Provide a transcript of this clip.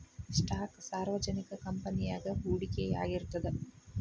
stock ಸಾರ್ವಜನಿಕ ಕಂಪನಿಯಾಗ ಹೂಡಿಕೆಯಾಗಿರ್ತದ